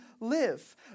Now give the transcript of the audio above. live